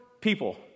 people